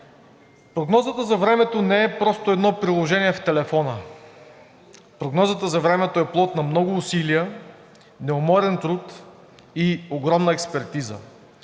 прогнозата за времето не е просто едно приложение в телефона, прогнозата за времето е плод на много усилия, неуморен труд и огромна експертиза